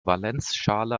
valenzschale